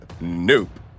nope